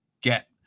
get